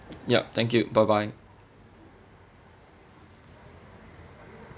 yup thank you bye bye